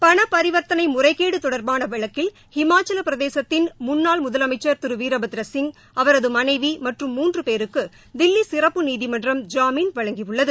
பணபரிவாத்தனை முறைகேடு தொடர்பான வழக்கில் இமாச்சல பிரதேசத்தின் முன்னாள் முதலமைச்சள் திரு வீாபத்திரசிங் அவரது மனைவி மற்றும் மூன்று பேருக்கு தில்வி சிறப்பு நீதிமன்றம் ஜாமீன் வழங்கியுள்ளது